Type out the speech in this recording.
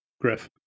Griff